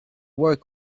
work